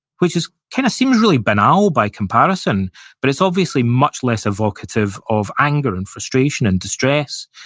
which just kind of seems really banal by comparison, but it's obviously much less evocative of anger, and frustration, and distress.